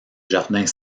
jardins